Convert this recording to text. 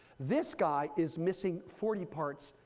this guy is missing forty parts,